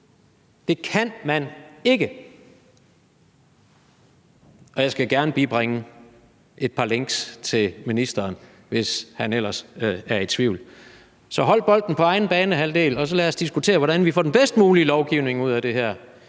Det kan man ikke. Og jeg skal gerne bibringe ministeren et par links, hvis han ellers er i tvivl. Så jeg vil opfordre til at holde bolden på egen banehalvdel, og lad os så diskutere, hvordan vi får den bedst mulige lovgivning ud af det her